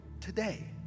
today